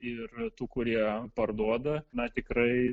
ir tų kurie parduoda na tikrai